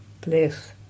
place